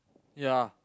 ya